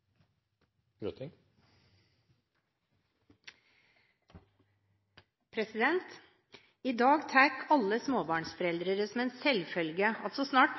så snart